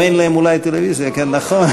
גם אין להם אולי טלוויזיה, נכון.